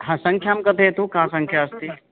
हा सङ्ख्यां कथयतु का सङ्ख्या अस्ति